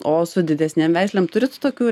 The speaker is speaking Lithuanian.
o su didesnėm veislėm turit tokių